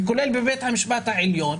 כולל בבית המשפט העליון,